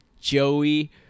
Joey